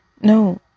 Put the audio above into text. No